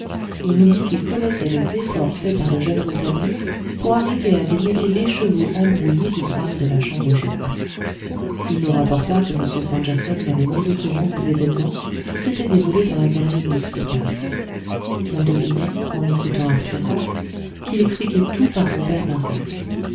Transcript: il nous dit qu'il connaissait les efforts faits par le jeune rouletabille pour arriver à démêler l'écheveau embrouillé du drame de la chambre jaune il nous rapporta que m stangerson l'avait mis au courant des événements qui s'étaient déroulés dans la galerie inexplicable on devinait en écoutant arthur rance qu'il expliquait tout par robert darzac